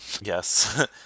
yes